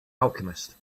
alchemist